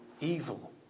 evil